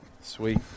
Sweet